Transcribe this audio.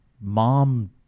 mom